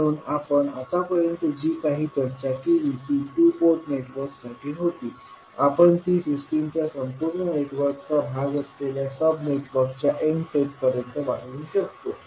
म्हणून आपण आतापर्यंत जी काही चर्चा केली ती टू पोर्ट नेटवर्कसाठी होती आपण ती सिस्टमच्या संपूर्ण नेटवर्कचा भाग असलेल्या सब नेटवर्कच्या n सेटपर्यंत वाढवू शकतो